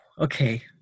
Okay